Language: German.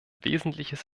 wesentliches